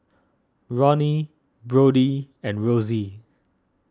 Ronnie Brodie and Rosy